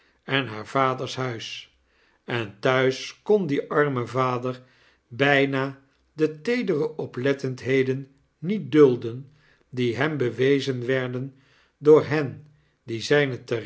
en haar vaders huis en thuis kon die arme vader bijna de teedere oplettendheden niet dulden die hem bewezen werden door hen die zijne